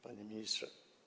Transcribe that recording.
Panie Ministrze!